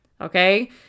Okay